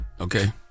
Okay